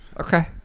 Okay